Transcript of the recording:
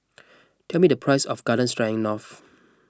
tell me the price of Garden Stroganoff